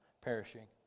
perishing